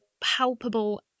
palpable